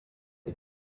est